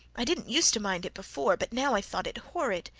i didn't use to mind it before, but now i thought it horrid.